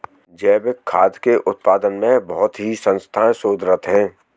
जैविक खाद्य के उत्पादन में बहुत ही संस्थाएं शोधरत हैं